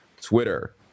twitter